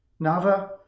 Nava